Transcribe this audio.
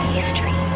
history